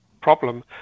problem